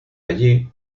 allí